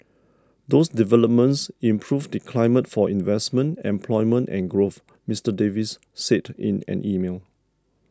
those developments improve the climate for investment employment and growth Mister Davis said in an email